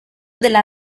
della